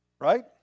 Right